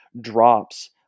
drops